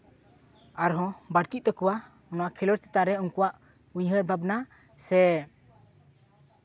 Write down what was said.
ᱟᱨᱦᱚᱸ ᱵᱟᱹᱲᱛᱤᱜ ᱛᱟᱠᱚᱣᱟ ᱚᱱᱟ ᱠᱷᱮᱞᱳᱰ ᱪᱮᱛᱟᱱ ᱨᱮ ᱩᱱᱠᱩᱣᱟᱜ ᱩᱭᱦᱟᱹᱨ ᱵᱷᱟᱵᱽᱱᱟ ᱥᱮ